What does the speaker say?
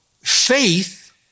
faith